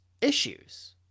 issues